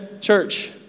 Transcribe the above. church